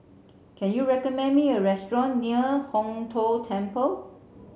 can you recommend me a restaurant near Hong Tho Temple